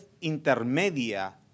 intermedia